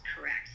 correct